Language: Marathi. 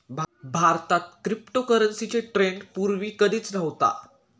भारतात क्रिप्टोकरन्सीचा ट्रेंड पूर्वी कधीच नव्हता